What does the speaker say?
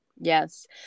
Yes